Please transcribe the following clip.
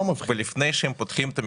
לפני שהם פותחים את המכתב,